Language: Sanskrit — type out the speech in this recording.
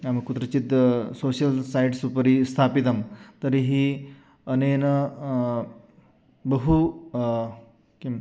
नाम कुत्रचित् सोश्यल् सैट्स् उपरि स्थापितं तर्हि अनेन बहु किं